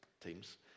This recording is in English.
teams